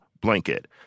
blanket